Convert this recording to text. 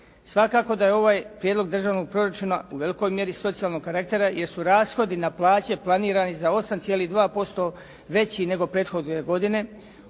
Svakako da je ovaj Prijedlog državnog proračuna u velikoj mjeri socijalnog karaktera jer su rashodi na plaće planirani za 8,2% veći nego prethodne godine,